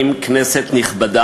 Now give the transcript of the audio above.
חוק ומשפט של הכנסת להכנתה לקריאה